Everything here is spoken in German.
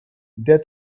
der